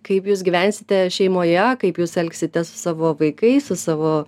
kaip jūs gyvensite šeimoje kaip jūs elgsitės su savo vaikais su savo